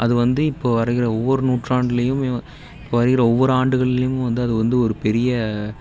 அது வந்து இப்போது வருகிற ஒவ்வொரு நூற்றாண்டுலேயுமே இப்போ வருகிற ஒவ்வொரு ஆண்டுகள்லியும் வந்து அது வந்து ஒரு பெரிய